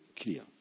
clear